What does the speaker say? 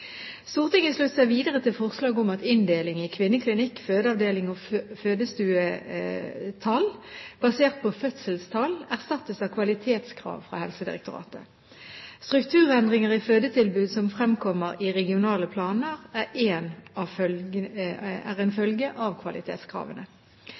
Stortinget sluttet seg videre til forslaget om at inndeling i kvinneklinikk, fødeavdeling og fødestue, basert på fødselstall, erstattes av kvalitetskrav fra Helsedirektoratet. Strukturendringer i fødetilbud som fremkommer i regionale planer, er en følge av